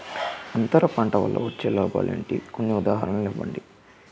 అంతర పంట వల్ల వచ్చే లాభాలు ఏంటి? కొన్ని ఉదాహరణలు ఇవ్వండి?